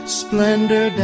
splendor